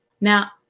Now